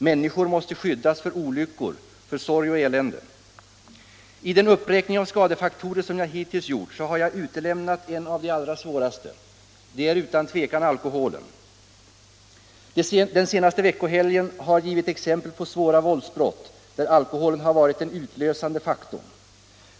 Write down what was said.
Människorna måste skyddas för olyckor, sorg och elände. I den uppräkning av skadefaktorer jag hittills gjort har jag utelämnat en som otvivelaktigt tillhör de allra svåraste, nämligen alkoholen. Den senaste veckohelgen har givit exempel på svåra våldsbrott, där alkoholen har varit den utlösande faktorn.